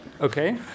Okay